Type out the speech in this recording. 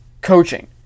coaching